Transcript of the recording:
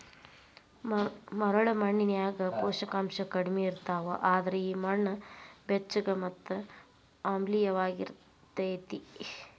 ಮರಳ ಮಣ್ಣಿನ್ಯಾಗ ಪೋಷಕಾಂಶ ಕಡಿಮಿ ಇರ್ತಾವ, ಅದ್ರ ಈ ಮಣ್ಣ ಬೆಚ್ಚಗ ಮತ್ತ ಆಮ್ಲಿಯವಾಗಿರತೇತಿ